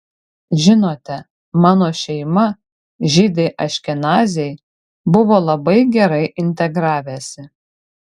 žinote mano šeima žydai aškenaziai buvo labai gerai integravęsi